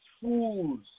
fools